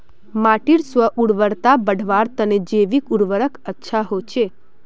माटीर स्व उर्वरता बढ़वार तने जैविक उर्वरक अच्छा होचे